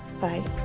Bye